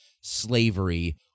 slavery